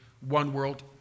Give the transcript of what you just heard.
one-world